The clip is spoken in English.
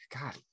God